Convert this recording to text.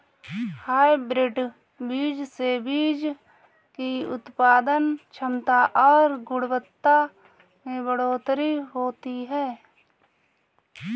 hybrid बीज से बीज की उत्पादन क्षमता और गुणवत्ता में बढ़ोतरी होती है